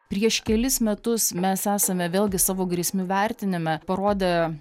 prieš kelis metus mes esame vėlgi savo grėsmių vertinime parodę